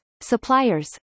suppliers